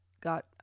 got